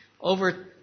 Over